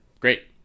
Great